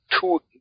two